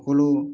সকলো